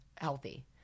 healthy